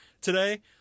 today